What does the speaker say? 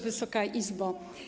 Wysoka Izbo!